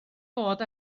bod